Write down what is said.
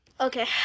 Okay